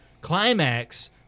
Climax